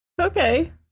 okay